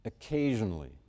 Occasionally